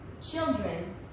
children